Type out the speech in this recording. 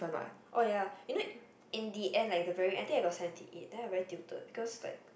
oh ya you know in the end like the very I got seventy eight then I very tilted because like